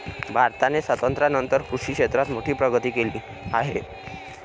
भारताने स्वातंत्र्यानंतर कृषी क्षेत्रात मोठी प्रगती केली आहे